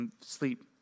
sleep